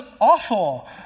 awful